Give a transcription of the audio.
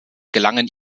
gelangen